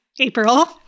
April